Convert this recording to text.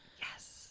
Yes